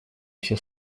все